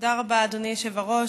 תודה רבה, אדוני היושב-ראש.